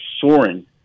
soaring